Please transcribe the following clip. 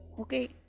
Okay